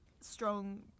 strong